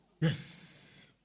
yes